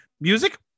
music